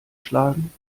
schlagen